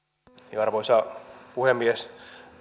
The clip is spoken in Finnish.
arvoisa puhemies